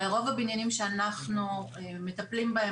הרי רוב הבניינים שאנחנו מטפלים בהם